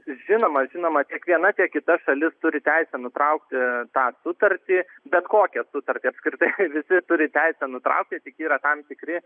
žinoma žinoma tiek viena tiek kita šalis turi teisę nutraukti tą sutartį bet kokią sutartį apskritai visi turi teisę nutraukti tik yra tam tikri